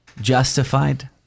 justified